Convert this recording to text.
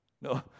No